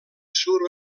suro